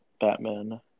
Batman